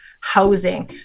housing